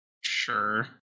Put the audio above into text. Sure